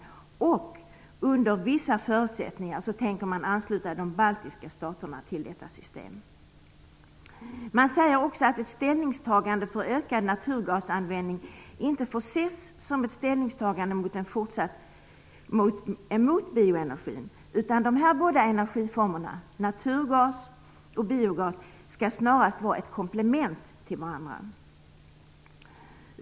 Under vissa förutsättningar tänker man ansluta de baltiska staterna till detta system. Man säger också att ett ställningstagande för ökad naturgasanvändning inte får ses som ett ställningstagande emot bioenergin. Dessa båda energiformer - naturgas och biogas - skall snarast vara ett komplement till varandra.